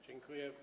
Dziękuję.